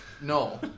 No